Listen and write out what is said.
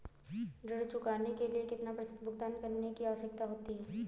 ऋण चुकाने के लिए कितना प्रतिशत भुगतान करने की आवश्यकता है?